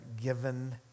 given